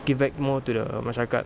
give back more to the masyarakat